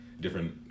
different